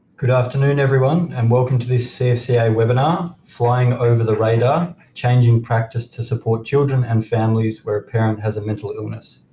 good afternoon everyone and welcome to this cfca webinar, flying over the radar changing practice to support children and families where a parent has a mental illness.